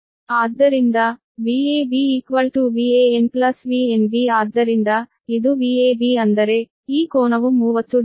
ಆದ್ದರಿಂದ VAB VAnVnB ಆದ್ದರಿಂದ ಇದು VAB ಅಂದರೆ ಈ ಕೋನವು 30 ಡಿಗ್ರಿ